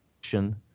action